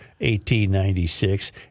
1896